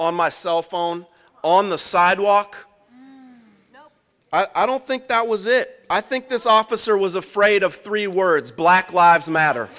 on my cell phone on the sidewalk i don't think that was it i think this officer was afraid of three words black lives matter